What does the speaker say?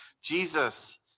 Jesus